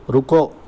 رُکو